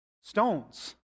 stones